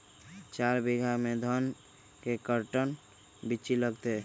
चार बीघा में धन के कर्टन बिच्ची लगतै?